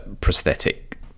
prosthetic